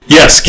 Yes